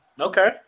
okay